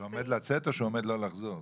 שהוא עומד לצאת או שהוא עומד לא לחזור?